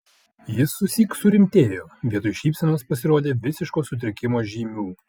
jis susyk surimtėjo vietoj šypsenos pasirodė visiško sutrikimo žymių